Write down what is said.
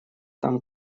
там